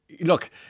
look